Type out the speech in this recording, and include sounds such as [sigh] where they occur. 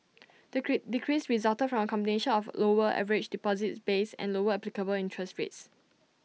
the [unintelligible] decrease resulted from combination of lower average deposits base and lower applicable interest rates